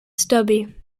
stubby